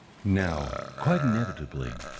now, quite inevitably,